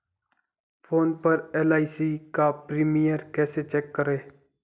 Phone पर LIC का premium कैसे चेक करें?